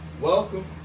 Welcome